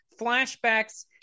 flashbacks